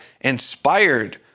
inspired